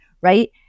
Right